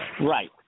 Right